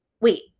wait